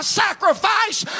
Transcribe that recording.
sacrifice